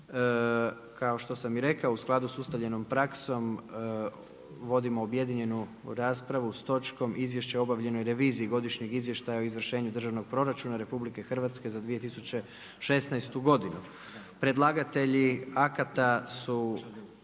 Kao što sam i rekao u skladu sa ustaljenom praksom vodimo objedinjenu raspravu s točkom Izvješće o obavljenoj reviziji Godišnjeg izvještaja o izvršenju Državnog proračuna Republike Hrvatske za 2016. godinu. Predlagatelji akata su